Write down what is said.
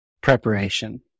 Preparation